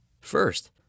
First